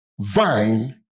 vine